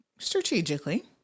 strategically